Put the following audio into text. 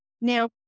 Now